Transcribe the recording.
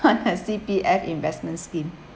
C_P_F investment scheme